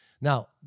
Now